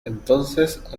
entonces